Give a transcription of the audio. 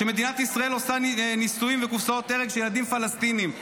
שמדינת ישראל עושה ניסויים וקופסאות הרג של ילדים פלסטינים.